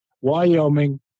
Wyoming